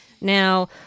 Now